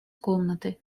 комнаты